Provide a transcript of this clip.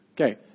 Okay